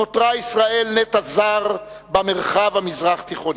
נותרה ישראל נטע זר במרחב המזרח-תיכוני.